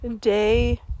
day